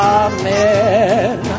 amen